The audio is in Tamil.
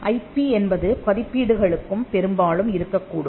ஐபி என்பது பதிப்பீடுகளுக்கும் பெரும்பாலும் இருக்கக்கூடும்